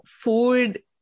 food